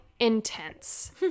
intense